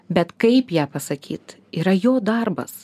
bet kaip ją pasakyt yra jo darbas